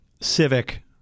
civic